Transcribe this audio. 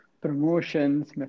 promotions